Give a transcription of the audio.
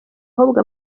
ahubwo